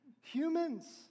Humans